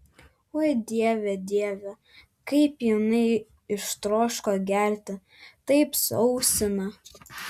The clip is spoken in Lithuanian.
oi dieve dieve kaip jinai ištroško gerti taip sausina